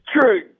True